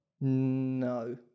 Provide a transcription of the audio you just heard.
No